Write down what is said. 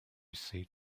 seat